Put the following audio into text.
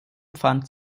pfand